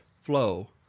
flow